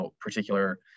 particular